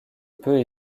peu